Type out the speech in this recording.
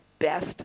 best